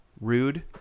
rude